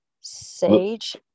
Sage